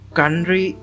country